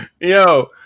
Yo